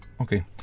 Okay